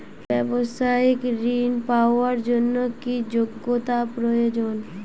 ব্যবসায়িক ঋণ পাওয়ার জন্যে কি যোগ্যতা প্রয়োজন?